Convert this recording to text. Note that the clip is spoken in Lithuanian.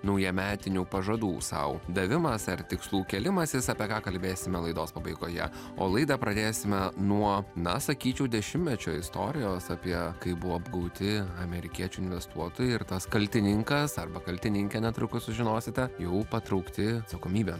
naujametinių pažadų sau davimas ar tikslų kėlimasis apie ką kalbėsime laidos pabaigoje o laidą pradėsime nuo na sakyčiau dešimtmečio istorijos apie kai buvo apgauti amerikiečių investuotojai ir tas kaltininkas arba kaltininkė netrukus sužinosite jau patraukti atsakomybėn